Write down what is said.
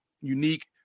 unique